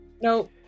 Nope